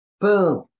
Boom